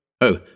Oh